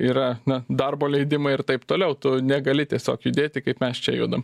yra na darbo leidimai ir taip toliau tu negali tiesiog judėti kaip mes čia judam